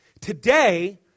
Today